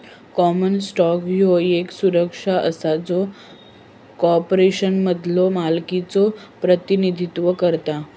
common stock ह्यो येक सुरक्षा असा जो कॉर्पोरेशनमधलो मालकीचो प्रतिनिधित्व करता